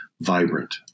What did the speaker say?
vibrant